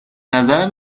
نظرم